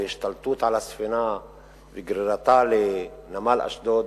והשתלטות על הספינה וגרירתה לנמל אשדוד,